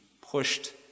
pushed